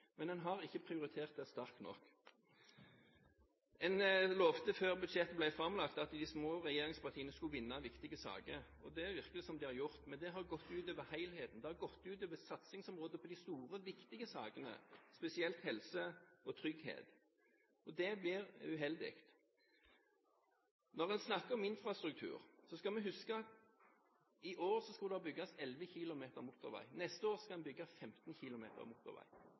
men en har ikke prioritert det sterkt nok. En lovte før budsjettet ble framlagt, at de små regjeringspartiene skulle vinne viktige saker. Det virker det som de har gjort, men det har gått ut over helheten. Det har gått ut over satsingen på de store, viktige sakene, spesielt helse og trygghet. Det blir uheldig. Når en snakker om infrastruktur, skal vi huske at det i år skulle bygges 11 km motorvei. Neste år skal en bygge 15 km motorvei.